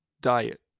diet